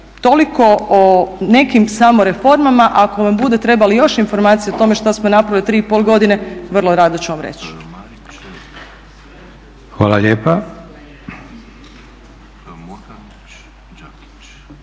toliko o nekim samo reformama. Ako vam bude3 trebalo još informacija o tome što smo napravili u 3,5 godine vrlo rado ću vam reći.